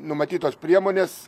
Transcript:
numatytos priemonės